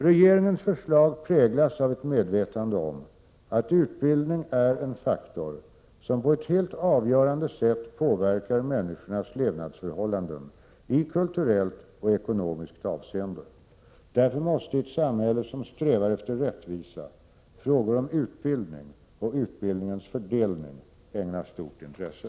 Regeringens förslag präglas av ett medvetande om att utbildning är en faktor som på ett helt avgörande sätt påverkar människornas levnadsförhållanden i kulturellt och ekonomiskt avseende. Därför måste i ett samhälle som strävar efter rättvisa frågor om utbildning och utbildningens fördelning ägnas stort intresse.